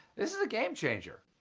this is a game changer!